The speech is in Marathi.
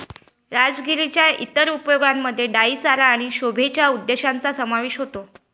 राजगिराच्या इतर उपयोगांमध्ये डाई चारा आणि शोभेच्या उद्देशांचा समावेश होतो